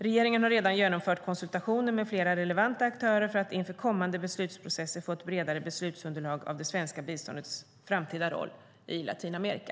Regeringen har redan genomfört konsultationer med flera relevanta aktörer för att inför kommande beslutsprocesser få ett bredare beslutsunderlag för det svenska biståndets framtida roll i Latinamerika.